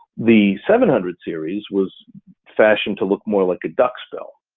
the seven hundred series was fashioned to look more like a duck skull.